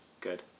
good